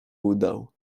udał